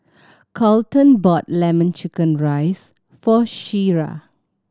Colten brought Lemon Chicken rice for Shira